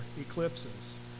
eclipses